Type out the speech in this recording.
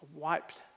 wiped